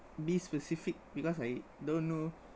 be specific because I don't know